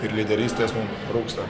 ir lyderystės mum trūksta